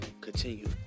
continue